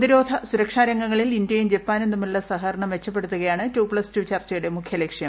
പ്രതിരോധ സുരക്ഷാ രംഗങ്ങ്ങ്ളിൽ ഇന്ത്യയും ജപ്പാനും തമ്മിലുള്ള സഹകരണം മെച്ചപ്പെടുത്തുകൃതിാണ് ടു പ്ലസ് ടു ചർച്ചയുടെ മുഖ്യലക്ഷ്യം